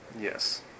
Yes